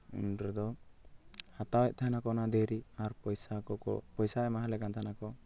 ᱩᱱ ᱨᱮᱫᱚ ᱦᱟᱛᱟᱣᱮᱫ ᱛᱟᱦᱮᱱᱟᱠᱚ ᱚᱱᱟ ᱫᱷᱤᱨᱤ ᱟᱨ ᱯᱚᱭᱥᱟ ᱠᱚᱠᱚ ᱯᱚᱭᱥᱟ ᱮᱢᱟ ᱦᱟᱞᱮ ᱠᱟᱱ ᱛᱟᱦᱮᱱᱟᱠᱚ